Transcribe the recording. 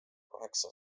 kaheksa